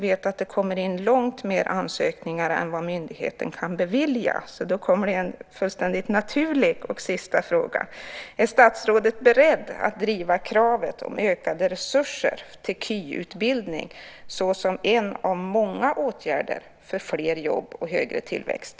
Det kommer in långt fler ansökningar än myndigheten kan bevilja. Då kommer det en fullständigt naturlig och avslutande fråga: Är statsrådet beredd att driva kravet på ökade resurser till KY såsom en av många åtgärder för fler jobb och högre tillväxt?